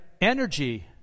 energy